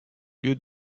lieu